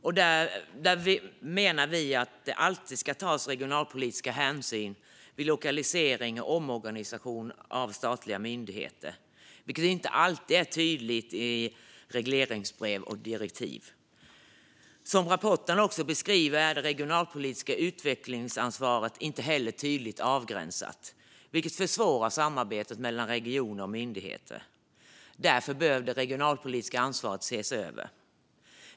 Vi menar att regionalpolitisk hänsyn alltid ska tas vid lokalisering och omorganisation av statliga myndigheter, något som inte alltid är tydligt i regleringsbrev och direktiv. Som rapporten beskriver är det regionalpolitiska utvecklingsansvaret heller inte tydligt avgränsat, vilket försvårar samarbetet mellan regioner och myndigheter. Därför bör det regionalpolitiska ansvaret ses över.